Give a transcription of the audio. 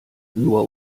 nur